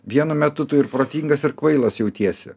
vienu metu tu ir protingas ir kvailas jautiesi